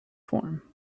form